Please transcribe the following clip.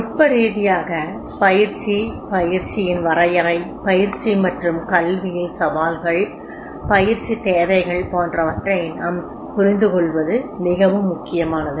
நுட்ப ரீதியாக பயிற்சி பயிற்சியின் வரையறை பயிற்சி மற்றும் கல்வியில் சவால்கள் பயிற்சித் தேவைகள் போன்றவற்றை நாம் புரிந்துகொள்வது மிகவும் முக்கியமானது